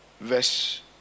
verse